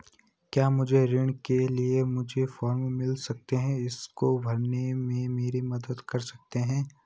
क्या मुझे ऋण के लिए मुझे फार्म मिल सकता है इसको भरने में मेरी मदद कर सकते हो?